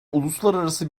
uluslararası